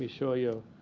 show you,